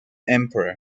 emperor